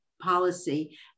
Policy